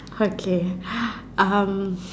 okay um